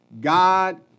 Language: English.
God